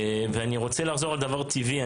אני רוצה לחזור על דבר טבעי.